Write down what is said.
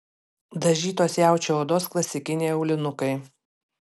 dažytos jaučio odos klasikiniai aulinukai